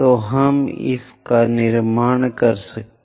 तो हम उस तरह से निर्माण करेंगे